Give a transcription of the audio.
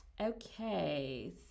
Okay